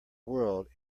world